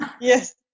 yes